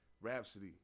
Rhapsody